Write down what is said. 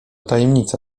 tajemnica